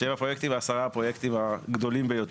שהם עשרה הפרויקטים הגדולים ביותר.